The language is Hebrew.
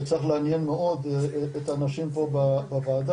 שצריך לעניין מאוד את האנשים פה בוועדה,